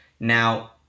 Now